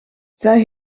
zij